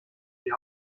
die